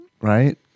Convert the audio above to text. right